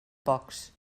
pocs